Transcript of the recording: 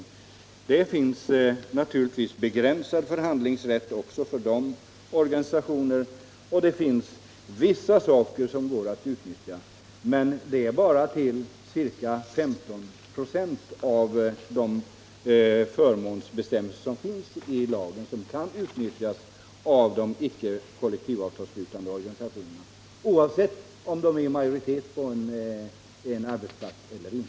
Också de organisationerna har naturligtvis en begränsad förhandlingsrätt, och det finns vissa saker i lagen som det går bra för dem att utnyttja. Men det är bara ca 15 96 av de förmånsbestämmelser som finns upptagna i lagen som utnyttjas av de icke kollektivavtalsslutande organisationerna — oavsett om de är i majoritet på en arbetsplats eller inte.